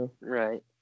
Right